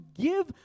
give